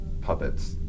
puppets